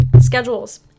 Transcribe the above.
Schedules